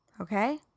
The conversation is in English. Okay